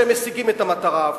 שהם משיגים את המטרה ההפוכה,